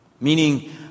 Meaning